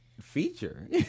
feature